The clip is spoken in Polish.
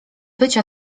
bycia